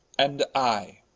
and i